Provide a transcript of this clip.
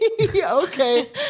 Okay